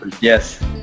Yes